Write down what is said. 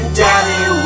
daddy